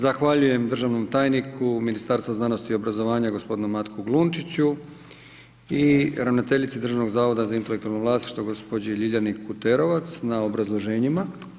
Zahvaljujem državnom tajniku u Ministarstvu znanosti i obrazovanja gospodinu Matku Glunčiću i ravnateljici Državnog zavoda za intelektualno vlasništvo gospođi Ljiljani Kuterovac na obrazloženjima.